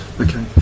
Okay